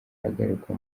agaruka